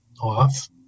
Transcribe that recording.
off